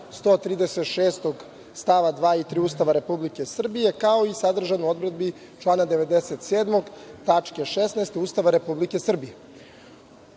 136. stava 2. i 3. Ustava Republike Srbije, kao i sadržan u odredbi člana 97. tačke 16. Ustava Republike Srbije. Ustav